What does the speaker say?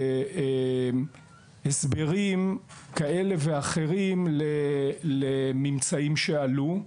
בהסברים כאלה ואחרים לממצאים שעלו,